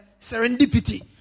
serendipity